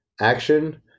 action